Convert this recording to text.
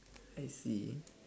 I see